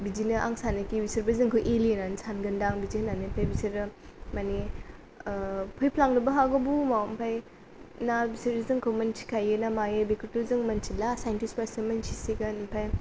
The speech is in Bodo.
बिदिनो आं सानोखि बिसोरबो जोंखौ एलियेनानो सानगोन दां बिदि होननानै ओमफ्राय बिसोरो माने फैफ्लांनोबो हागौ बुहुमाव ओमफ्राय ना बिसोर जोंखौ मिन्थिखायो ना मायो बेखौथ' जों मिथिला साइन्टिस्टफ्रासो मिथिसिगोन ओमफ्राय